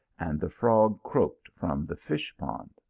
and the frog croaked from the fish-pond.